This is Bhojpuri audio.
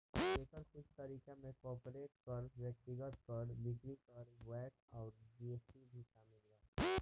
एकर कुछ तरीका में कॉर्पोरेट कर, व्यक्तिगत कर, बिक्री कर, वैट अउर जी.एस.टी शामिल बा